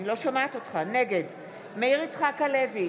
נגד מאיר יצחק הלוי,